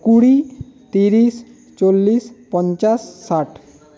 কুড়ি তিরিশ চল্লিশ পঞ্চাশ ষাট